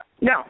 No